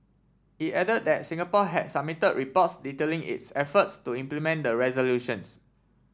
it added that Singapore had submitted reports detailing its efforts to implement the resolutions